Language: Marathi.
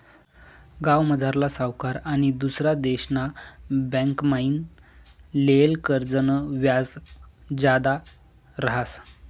गावमझारला सावकार आनी दुसरा देशना बँकमाईन लेयेल कर्जनं व्याज जादा रहास